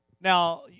Now